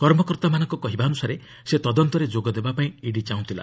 କର୍ମକର୍ତ୍ତାମାନଙ୍କ କହିବା ଅନୁସାରେ ସେ ତଦନ୍ତରେ ଯୋଗ ଦେବା ପାଇଁ ଇଡି ଚାହୁଁଥିଲା